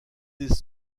des